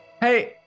Hey